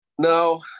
No